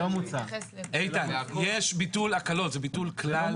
יש ביטול הקלות, זה ביטול כלל